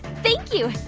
thank you,